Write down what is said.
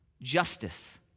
justice